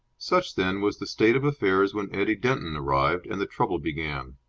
such, then, was the state of affairs when eddie denton arrived, and the trouble began.